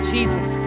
Jesus